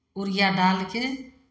urea डालि कऽ